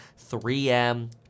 3M